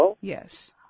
Yes